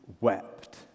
wept